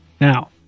now